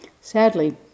Sadly